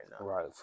Right